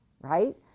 right